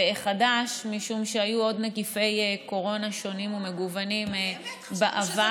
זה "החדש" משום היו עוד נגיפי קורונה שונים ומגוונים בעבר.